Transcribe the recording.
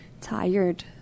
tired